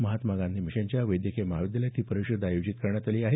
महात्मा गांधी मिशनच्या वैद्यकीय महाविद्यालयात ही परिषद आयोजित करण्यात आली आहे